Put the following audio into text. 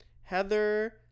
Heather